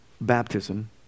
baptism